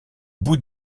bout